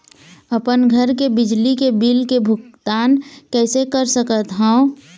अपन घर के बिजली के बिल के भुगतान कैसे कर सकत हव?